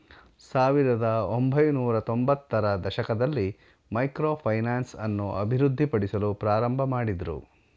ಸಾವಿರದ ಒಂಬೈನೂರತ್ತೊಂಭತ್ತ ರ ದಶಕದಲ್ಲಿ ಮೈಕ್ರೋ ಫೈನಾನ್ಸ್ ಅನ್ನು ಅಭಿವೃದ್ಧಿಪಡಿಸಲು ಪ್ರಾರಂಭಮಾಡಿದ್ರು